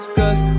cause